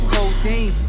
Codeine